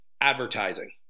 advertising